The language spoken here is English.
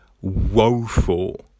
woeful